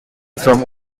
from